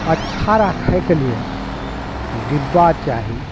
अच्छा राखैके लिए डिब्बा चाही